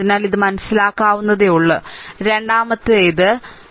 അതിനാൽ ഇത് മനസ്സിലാക്കാവുന്നതേയുള്ളൂ രണ്ടാമത്തേത് ഞാൻ രണ്ടാമത്തേതിലേക്ക് വരാം